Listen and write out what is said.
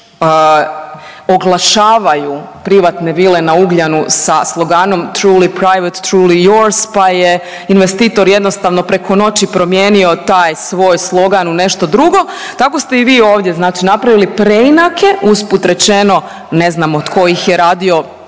oglašavaju privatne vile na Ugljanu sa sloganom truly private, truly yours pa je investitor jednostavno preko noći promijenio taj svoj slogan u nešto drugo, tako ste i vi ovdje znači napravili preinake, usput rečeno, ne znamo tko ih je radio,